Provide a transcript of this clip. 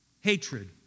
hatred